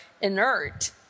inert